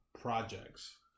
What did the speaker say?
projects